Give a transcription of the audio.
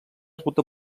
ruta